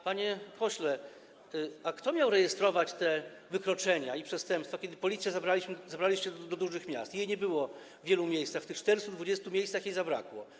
Panie pośle, a kto miał rejestrować te wykroczenia i przestępstwa, kiedy Policję zabraliście do dużych miast, jej nie było w wielu miejscach, w tych 420 miejscach jej zabrakło?